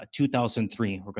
2003